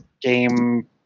game